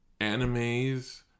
animes